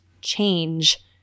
change